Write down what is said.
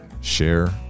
share